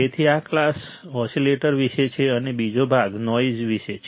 તેથી આ class oscillator વિશે છે અને બીજો ભાગ નોઇઝ વિશે હશે